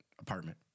apartment